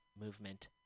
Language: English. movement